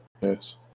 yes